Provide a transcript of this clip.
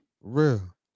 real